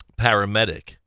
paramedic